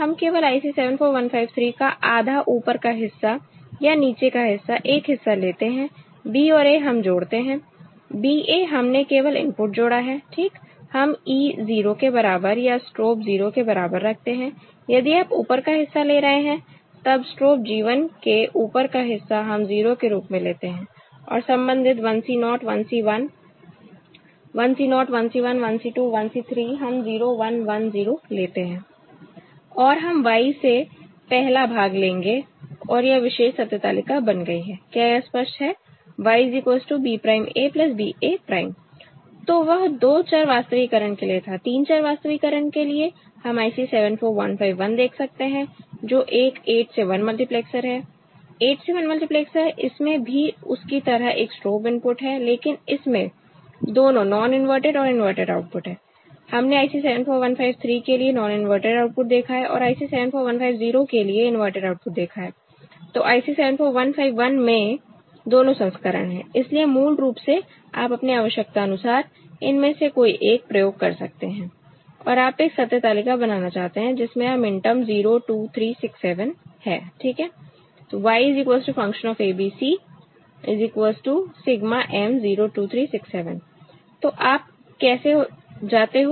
हम केवल IC 74153 का आधा ऊपर का हिस्सा या नीचे का हिस्सा एक हिस्सा लेते हैं B और A हम जोड़ते हैं B A हमने केवल इनपुट जोड़ा है ठीक हम E 0 के बराबर या स्ट्रोब 0 के बराबर रखते हैं यदि आप ऊपर का हिस्सा ले रहे हैं तब स्ट्रोब G 1 के ऊपर का हिस्सा हम 0 के रूप में लेते हैं और संबंधित 1 C 0 1 C 1 1 C 0 1 C 1 1 C 2 1 C 3 हम 0 1 1 0 लेते हैं और हम Y से पहला भाग लेंगे और यह विशेष सत्य तालिका बन गई है क्या यह स्पष्ट है Y B'A BA' तो वह 2 चर वास्तविकरण के लिए था 3 चर वास्तविकरण के लिए हम IC 74151 देख सकते हैं जो एक 8 से 1 मल्टीप्लैक्सर है 8 से 1 मल्टीप्लेक्सर इसमें भी उसकी तरह एक स्ट्रोब इनपुट है लेकिन इसमें दोनों नॉन इनवर्टेड और इनवर्टेड आउटपुट है हमने IC 74153 के लिए नॉन इनवर्टेड आउटपुट देखा है और हमने IC 74150 के लिए इनवर्टेड आउटपुट देखा है तो IC 74151 में दोनों संस्करण है इसलिए मूल रूप से आप अपनी आवश्यकतानुसार इनमें से कोई एक प्रयोग कर सकते हैं और आप एक सत्य तालिका बनाना चाहते हैं जिसमें यह मिनटर्म 0 2 3 6 7 है ठीक है Y FABC ∑ m 02367 तो आप कैसे जाते हो